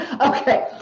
Okay